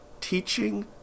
Teaching